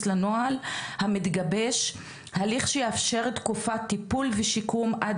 לנוהל המתגבש הליך שיאפשר תקופת טיפול ושיקום עד